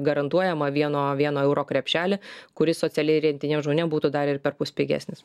garantuojamą vieno vieno euro krepšelį kuris socialiai remtiniem žmonėm būtų dar ir perpus pigesnis